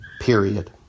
period